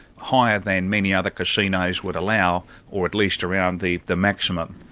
higher than many other casinos would allow, or at least around the the maximum.